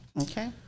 Okay